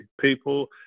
people